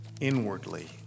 inwardly